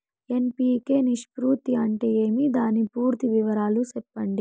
NPK నిష్పత్తి అంటే ఏమి దాని పూర్తి వివరాలు సెప్పండి?